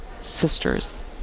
sisters